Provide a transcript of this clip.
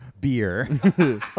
beer